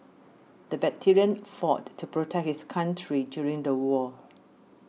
the veteran fought to protect his country during the war